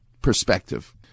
perspective